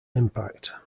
impact